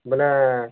ବୋଲେ